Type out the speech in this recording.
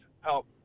help